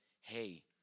hey